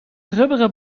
rubberen